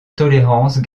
tolérance